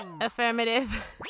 Affirmative